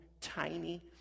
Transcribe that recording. tiny